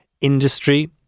Industry